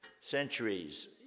centuries